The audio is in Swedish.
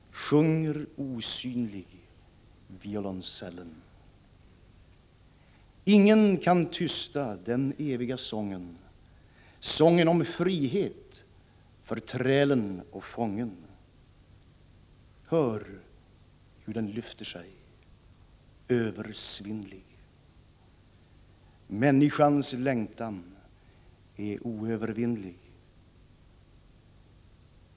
Ingen kan tysta den eviga sången, sången om frihet Hör hur den lyfter sig —- Översvinnlig. Människans längtan är oövervinnlig.